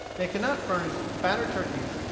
they cannot furnish fatter turkeys,